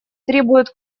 требуют